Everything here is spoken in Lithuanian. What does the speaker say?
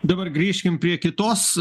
dabar grįžkime prie kitos